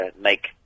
make